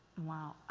wow.